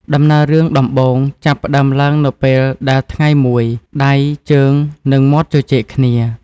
ដំណើររឿងដំបូង ចាប់ផ្ដើមឡើងនៅពេលដែលថ្ងៃមួយ ដៃ ជើង និងមាត់ជជែកគ្នា ។